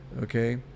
okay